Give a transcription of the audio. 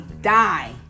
die